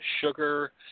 sugar